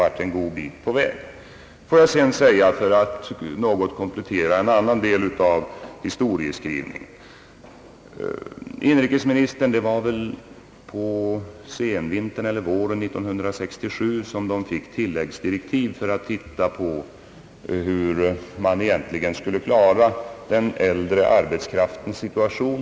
Låt mig också komplettera en annan del av historieskrivningen. På senvintern eller våren 1967 gav inrikesministern utredningen tilläggsdirektiv, som innebar att den skulle undersöka hur man skulle kunna klara den äldre arbetskraftens situation.